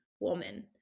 woman